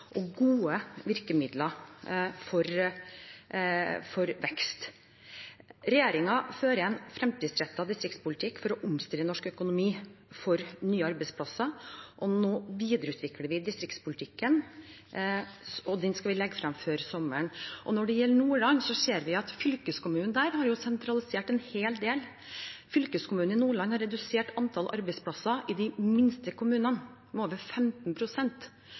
og gode virkemidler for vekst. Regjeringen fører en fremtidsrettet distriktspolitikk for å omstille norsk økonomi for nye arbeidsplasser. Nå videreutvikler vi distriktspolitikken, og den skal vi legge frem før sommeren. Når det gjelder Nordland, ser vi at fylkeskommunen har sentralisert en hel del. Fylkeskommunen i Nordland har redusert antall arbeidsplasser i de minste kommunene, med over